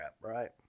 right